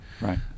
Right